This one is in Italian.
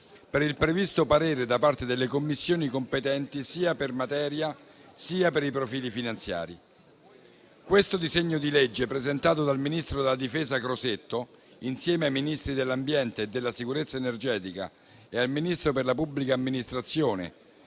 per il previsto parere da parte delle Commissioni competenti sia per materia sia per i profili finanziari. Questo disegno di legge, presentato dal ministro della difesa Crosetto, insieme al Ministro dell'ambiente e della sicurezza energetica e al Ministro per la pubblica amministrazione,